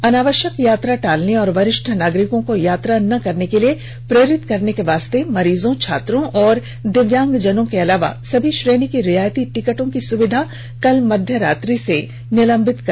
अनावश्यक यात्रा टालने और वरिष्ठ नागरिकों को यात्रा न करने के लिए प्रेरित करने के लिए मरीजों छात्रों और दिव्यांगजनों के अलावा सभी श्रेणी की रियायती टिकटों की सुविधा कल मध्यरात्रि से निलंबित की गई है